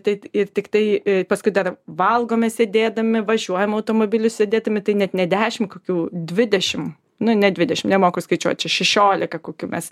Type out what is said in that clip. tai ir tik tai paskui dar valgome sėdėdami važiuojame automobiliu sėdėdami tai net ne dešimt kokių dvidešim nu ne dvidešim nemoka skaičiuot čia šešiolika kokių mes